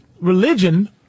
religion